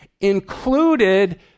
included